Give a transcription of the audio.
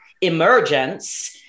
emergence